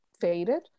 faded